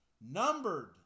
numbered